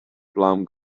plumb